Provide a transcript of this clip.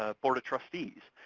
ah board of trustees,